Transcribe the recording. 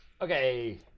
Okay